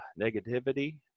negativity